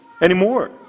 anymore